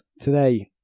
today